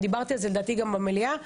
ודיברתי על זה לדעתי גם במליאה,